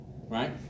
Right